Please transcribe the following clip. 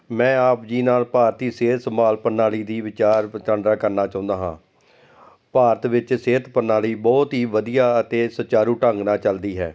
ਮੈਂ ਆਪ ਜੀ ਨਾਲ ਭਾਰਤੀ ਸਿਹਤ ਸੰਭਾਲ ਪ੍ਰਣਾਲੀ ਦੀ ਵਿਚਾਰ ਵਟਾਂਦਰਾ ਕਰਨਾ ਚਾਹੁੰਦਾ ਹਾਂ ਭਾਰਤ ਵਿੱਚ ਸਿਹਤ ਪ੍ਰਣਾਲੀ ਬਹੁਤ ਹੀ ਵਧੀਆ ਅਤੇ ਸੁਚਾਰੂ ਢੰਗ ਨਾਲ ਚਲਦੀ ਹੈ